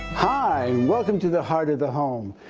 hi, and welcome to the heart of the home.